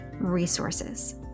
resources